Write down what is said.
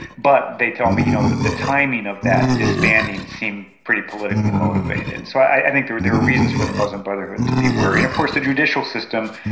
but they told me you know that the timing of that disbanding seemed pretty politically motivated. and so i think there were there were reasons for the muslim brotherhood to be worried. and of course the judicial system,